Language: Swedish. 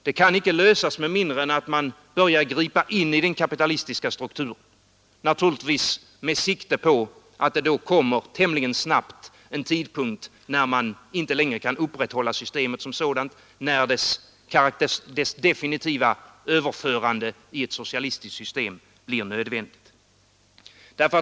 Det kan inte lösas med mindre än att man börjar gripa in i den kapitalistiska strukturen, naturligtvis då med sikte på att det tämligen snabbt kommer en tidpunkt när man inte längre kan upprätthålla systemet som sådant, när dess definitiva överförande i ett socialistiskt system blir nödvändigt.